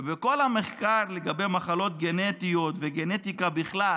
ובכל המחקר לגבי מחלות גנטיות וגנטיקה בכלל